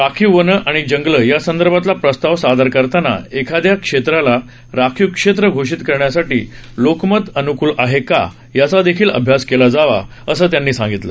राखीव वनं आणि जंगलं यासंदर्भात प्रस्ताव सादर करतांना एखादया क्षेत्राला राखीव क्षेत्र घोषित करण्यासाठी लोकमत अनुकूल आहे का याचा देखील अभ्यास केला जावा असं त्यांनी सांगितलं